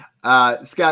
Scott